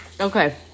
Okay